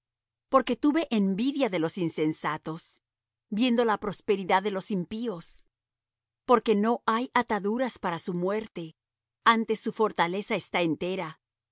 porque tuve envidia de los insensatos viendo la prosperidad de los impíos porque no hay ataduras para su muerte antes su fortaleza está entera